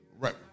Right